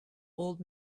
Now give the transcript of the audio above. old